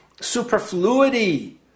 superfluity